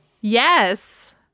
Yes